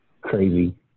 crazy